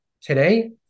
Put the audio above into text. Today